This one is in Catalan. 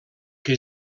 que